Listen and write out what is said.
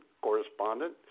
correspondent